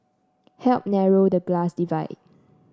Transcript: help narrow the class divide